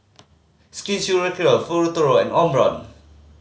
Skin Futuro and Omron